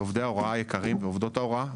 לעובדי ההוראה ועובדות ההוראה היקרים,